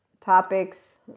topics